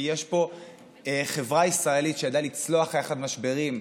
כי יש פה חברה ישראלית שידעה לצלוח יחד משברים,